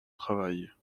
travail